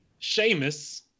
Seamus